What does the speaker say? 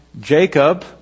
Jacob